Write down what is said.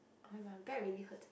oh my back really hurts eh